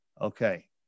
Okay